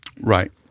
right